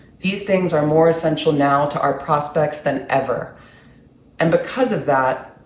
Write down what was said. these things are more essential now to our prospects than ever and because of that,